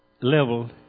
level